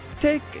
Take